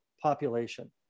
population